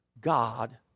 God